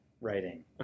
writing